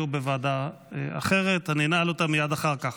בוועדה אחרת ואני אנעל אותה מייד אחר כך.